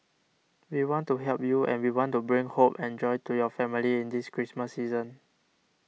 we want to help you and we want to bring hope and joy to your family in this Christmas season